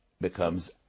becomes